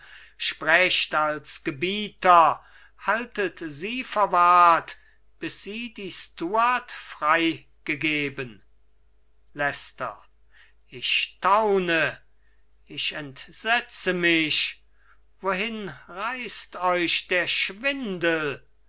sprecht als gebieter haltet sie verwahrt bis die stuart freigegeben leicester ich staune ich entsetze mich wohin reißt euch der schwindel